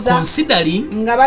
considering